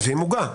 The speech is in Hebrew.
מביאים עוגה.